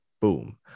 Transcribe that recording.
boom